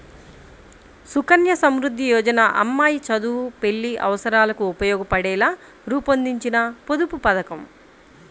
సుకన్య సమృద్ధి యోజన అమ్మాయి చదువు, పెళ్లి అవసరాలకు ఉపయోగపడేలా రూపొందించిన పొదుపు పథకం